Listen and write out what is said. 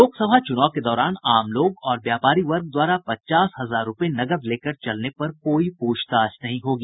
लोकसभा चुनाव के दौरान आमलोग और व्यापारी वर्ग द्वारा पचास हजार रूपये नकद लेकर चलने पर कोई पूछताछ नहीं होगी